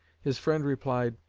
his friend replied,